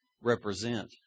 represent